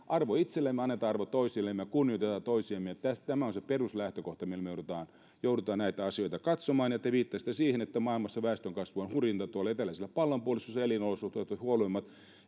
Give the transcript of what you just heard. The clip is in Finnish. arvo itsellemme annetaan arvo toisillemme ja kunnioitetaan toisiamme ja tämä on se peruslähtökohta millä me joudumme näitä asioita katsomaan te viittasitte siihen että maailmassa väestönkasvu on hurjinta tuolla eteläisellä pallonpuoliskolla missä elinolosuhteet ovat huonoimmat